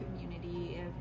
community